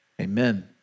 Amen